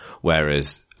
whereas